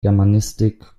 germanistik